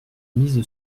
mise